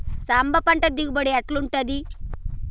సాంబ పంట దిగుబడి ఎట్లుంటది?